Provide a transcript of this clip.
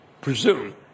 presume